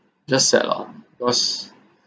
just sad lah because